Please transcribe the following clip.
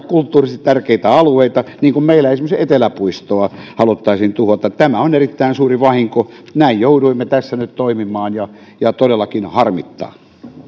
kulttuurisesti tärkeitä alueita niin kuin meillä esimerkiksi eteläpuistoa haluttaisiin tuhota tämä on erittäin suuri vahinko näin jouduimme tässä nyt toimimaan ja ja todellakin harmittaa